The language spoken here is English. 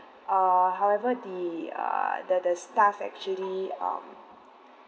uh however the uh the the staff actually um